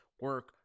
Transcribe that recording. Work